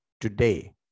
today